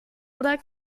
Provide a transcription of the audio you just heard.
oder